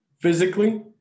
physically